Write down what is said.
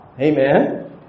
Amen